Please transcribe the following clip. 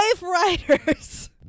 writers